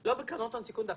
לא בקרנות הון סיכון דווקא,